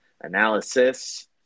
analysis